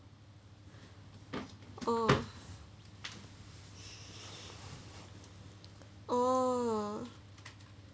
oh oh